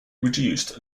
reduced